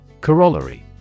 Corollary